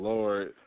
Lord